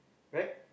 right